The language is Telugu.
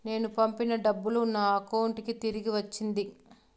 నేను పంపిన డబ్బులు నా అకౌంటు కి తిరిగి వచ్చింది